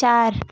चार